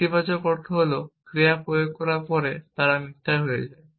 নেতিবাচক অর্থ হল ক্রিয়া প্রয়োগ করার পরে তারা মিথ্যা হয়ে যায়